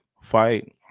fight